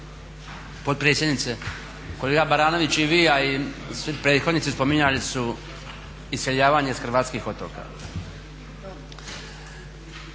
potpredsjednice. Kolega Baranović i vi i ja i svi prethodnici spominjali su iseljavanje iz hrvatskih otoka.